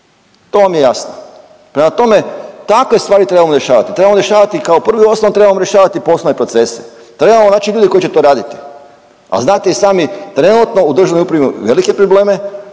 To vam je jasno. Prema tome, takve stvari trebamo rješavati. Trebamo rješavati kao prvo i osnovno trebamo rješavati poslovne procese. Trebamo naći ljude koji će to raditi, a znate i sami trenutno u državnoj upravi imamo velike probleme,